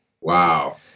Wow